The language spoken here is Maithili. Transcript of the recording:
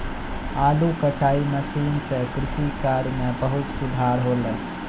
आलू कटाई मसीन सें कृषि कार्य म बहुत सुधार हौले